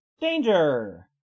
danger